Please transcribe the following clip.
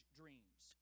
dreams